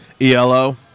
ELO